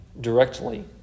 directly